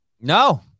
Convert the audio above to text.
no